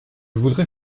voudrais